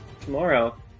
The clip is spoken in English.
tomorrow